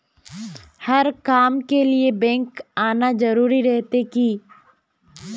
हर काम के लिए बैंक आना जरूरी रहते की?